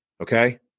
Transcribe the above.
okay